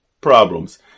problems